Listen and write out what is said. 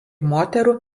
moterų